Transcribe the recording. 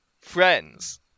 friends